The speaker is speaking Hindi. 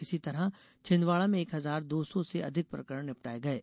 इसी तरह छिंदवाड़ा में एक हजार दो सौ से अधिक प्रकरण निपटाए गये